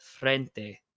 frente